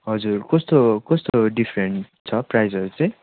हजुर कस्तो कस्तो डिफ्रेन्ट छ प्राइजसहरू चाहिँ